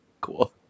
Cool